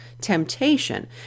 temptation